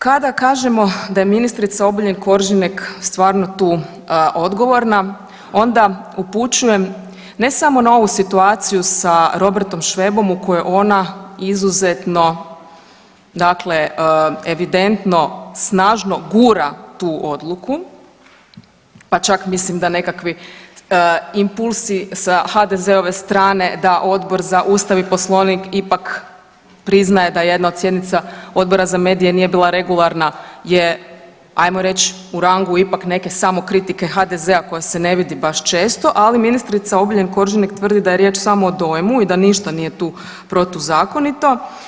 Kada kažemo da je ministrica Obuljen Koržinek stvarno tu odgovorna onda upućujem ne samo na ovu situaciju sa Robertom Švebom u kojoj ona izuzetno evidentno snažno gura tu odluku, pa čak mislim da nekakvi impulsi sa HDZ-ove strane da Odbor za Ustav i poslovnik ipak priznaje da jedna od sjednica Odbora za medije nije bila regularna je ajmo reć u rangu ipak neke samokritike HDZ-a koja se ne vidi baš često, ali ministrica Obuljen Koržinek tvrdi da je riječ samo o dojmu i da ništa nije tu protuzakonito.